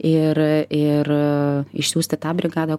ir ir išsiųsti tą brigadą